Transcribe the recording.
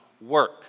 work